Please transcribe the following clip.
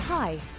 Hi